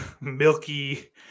Milky